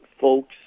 folks